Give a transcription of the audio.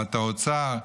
קופת האוצר,